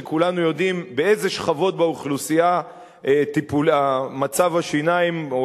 כשכולנו יודעים באילו שכבות באוכלוסייה מצב השיניים או,